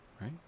right